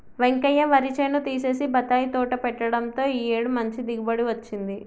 వెంకయ్య వరి చేను తీసేసి బత్తాయి తోట పెట్టడంతో ఈ ఏడు మంచి దిగుబడి వచ్చింది